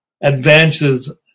advances